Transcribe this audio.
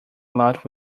lot